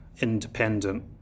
independent